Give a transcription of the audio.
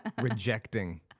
rejecting